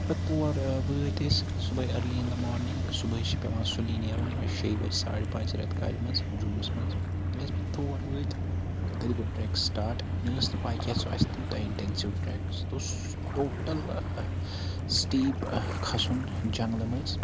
ییٚلہِ پَتہٕ تور وٲتۍ أسۍ صبُحٲے أرلی اِن دَ مارنِگ صبُحٲے چھُ پیوان سُلی نیرُن شیٚیہِ بَجہِ ساڈِ پانٛژِ رٮ۪تہٕ کالہِ منٛز جوٗنَس منٛز ییٚلہِ أسۍ پَتہٕ تور وٲتۍ تیٚلہِ گوٚو ٹریک سٹاٹ مےٚ ٲس نہٕ پاے کیٚنہہ سُہ آسہِ نہٕ تیوٗتاہ اِنٹیسیو ٹریک سُہ اوس ٹوٹل سِٹیٖپ کھسُن جَنگلہٕ مٔنزۍ